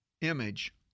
image